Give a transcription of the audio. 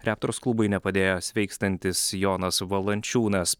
reptors klubui nepadėjo sveikstantis jonas valančiūnas